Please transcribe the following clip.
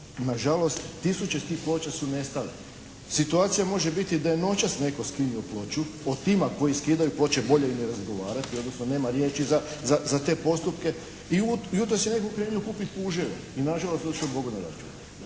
na žalost tisuće tih ploča su nestale. Situacija može biti da je noćas netko skinuo ploču, o tima koji skidaju ploče bolje ne razgovarati, odnosno nema riječi za te postupke i u to si je netko krenuo kupiti puževe i na žalost otišao Bogu na račun.